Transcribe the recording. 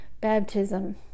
baptism